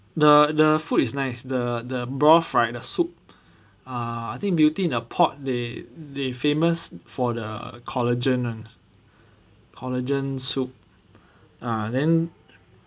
the the food is nice the the broth right the soup ah I think beauty in a pot they they famous for the collagen one collagen soup ah then